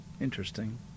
Interesting